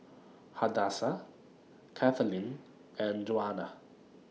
Hadassah Kathaleen and Djuana